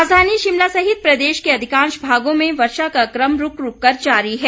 राजधानी शिमला सहित प्रदेश के अधिकांश भागों में वर्षा का क्रम रूक रूक कर जारी है